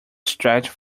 stretched